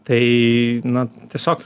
tai na tiesiog